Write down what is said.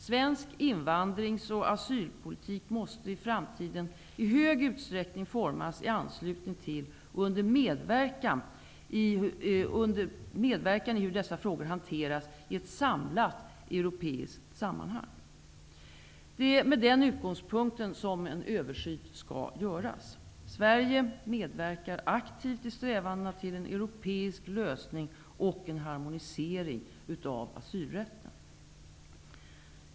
Svensk invandringsoch asylpolitik måste i framtiden i stor utsträckning formas i anslutning till och under medverkan i hur dessa frågor hanteras i ett samlat europeiskt sammanhang. Det är med den utgångspunkten som en översyn skall göras. Sverige medverkar aktivt i strävandena till en europeisk lösning och harmonisering av asylrätten.